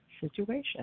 situation